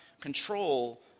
control